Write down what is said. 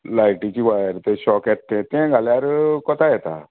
लायटिची wire तो shock येत तें ते घाल्यार कोता येता